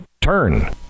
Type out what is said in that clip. turn